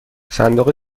صندوق